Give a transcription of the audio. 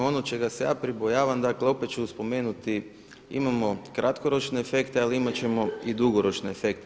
Ono čega se ja pribojavam, dakle opet ću spomenuti, imamo kratkoročne efekte ali imati ćemo i dugoročne efekte.